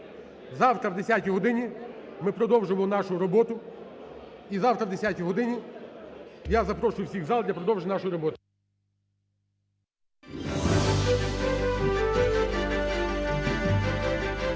Завтра о 10 годині ми продовжимо нашу роботу, і завтра о 10 годині я запрошую всіх в зал для продовження нашої роботи.